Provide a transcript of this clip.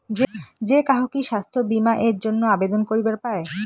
যে কাহো কি স্বাস্থ্য বীমা এর জইন্যে আবেদন করিবার পায়?